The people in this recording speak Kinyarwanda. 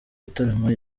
gutarama